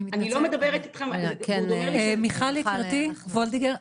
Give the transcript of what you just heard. מיכל וולדיגר יקירתי,